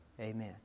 Amen